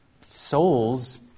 souls